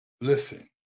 listen